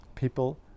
People